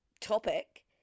topic